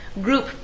group